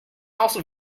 also